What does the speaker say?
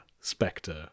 Spectre